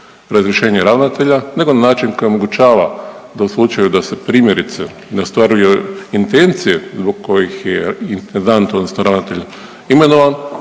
razrješenje ravnatelja nego način koji omogućava da u slučaju, da se primjerice, ne ostvaruje intencije zbog kojih intendant odnosno ravnatelj imenovan,